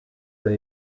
rig